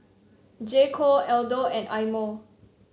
J Co Aldo and Eye Mo